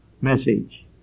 message